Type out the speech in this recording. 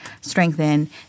strengthen